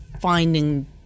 finding